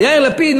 יאיר לפיד,